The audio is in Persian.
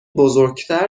بزرگتر